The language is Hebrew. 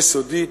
יסודית: